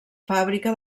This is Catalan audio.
fàbrica